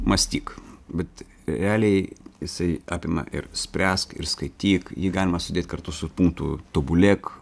mąstyk bet realiai jisai apima ir spręsk ir skaityk jį galima sudėt kartu su punktu tobulėk